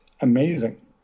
Amazing